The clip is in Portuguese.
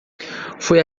foi